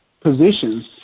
positions